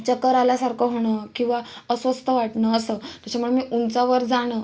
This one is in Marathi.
चक्कर आल्यासारखं होणं किंवा अस्वस्थ वाटणं असं त्याच्यामुळे मी उंचावर जाणं